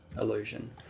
illusion